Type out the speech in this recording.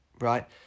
Right